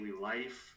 life